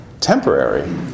temporary